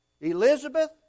Elizabeth